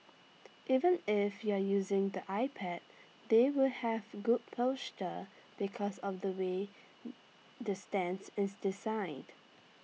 even if you're using the iPad they will have good posture because of the way the stands is designed